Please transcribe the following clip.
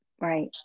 Right